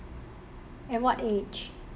at what age